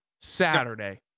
Saturday